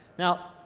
now,